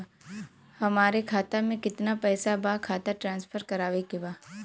हमारे खाता में कितना पैसा बा खाता ट्रांसफर करावे के बा?